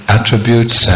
Attributes